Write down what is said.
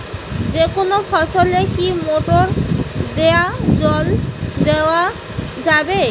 যেকোনো ফসলে কি মোটর দিয়া জল দেওয়া যাবে?